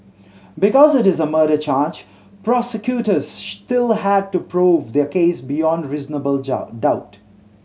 because it is a murder charge prosecutors still had to prove their case beyond reasonable doubt